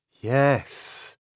Yes